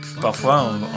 Parfois